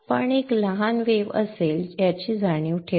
पण एक लहान वेव्ह असेल याची जाणीव ठेवा